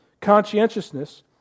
conscientiousness